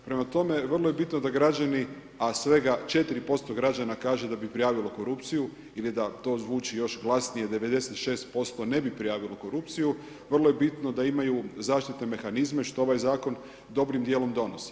Prema tome, vrlo je bitno da građani, a svega 4% građana kaže da bi prijavilo korupciju ili da to zvuči još glasnije 96% ne bi prijavilo korupciju vrlo je bitno da imaju zaštitne mehanizme što ovaj zakon dobrim dijelom donosi.